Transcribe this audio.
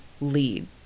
lead